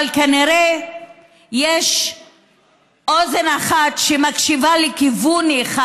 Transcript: אבל כנראה יש אוזן אחת שמקשיבה לכיוון אחד